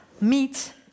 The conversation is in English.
meet